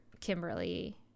Kimberly